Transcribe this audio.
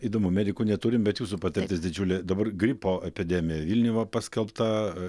įdomu medikų neturim bet jūsų patirtis didžiulė dabar gripo epidemija vilniuj va paskelbta